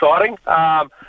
exciting